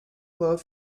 glowed